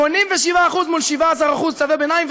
87% מול 17% צווי ביניים.